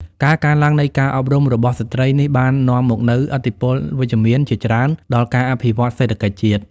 ការកើនឡើងនៃការអប់រំរបស់ស្ត្រីនេះបាននាំមកនូវឥទ្ធិពលវិជ្ជមានជាច្រើនដល់ការអភិវឌ្ឍសេដ្ឋកិច្ចជាតិ។